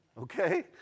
Okay